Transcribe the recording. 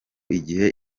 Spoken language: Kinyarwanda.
igihe